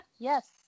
Yes